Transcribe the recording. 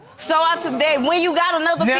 so out today, when you got another